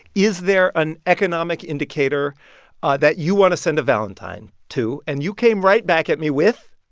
is there an economic indicator that you want to send a valentine to? and you came right back at me with.